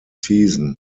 season